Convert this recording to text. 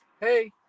Hey